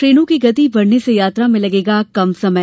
ट्रेनों की गति बढ़ने से यात्रा में लगेगा कम समय